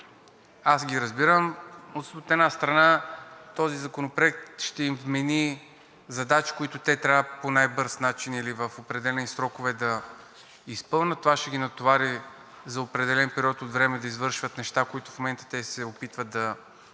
аз ги разбирам, от една страна, този законопроект ще им вмени задачи, които те трябва по най-бърз начин или в определени срокове да изпълнят, това ще ги натовари за определен период от време да извършват неща, които в момента те се опитват да не